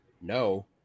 no